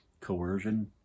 coercion